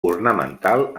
ornamental